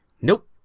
nope